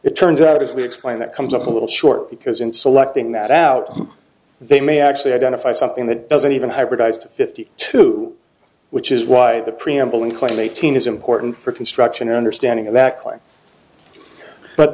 it turns out as we explain that comes up a little short because in selecting that out they may actually identify something that doesn't even hybridized fifty two which is why the preamble and claim eighteen is important for construction and understanding